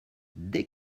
dès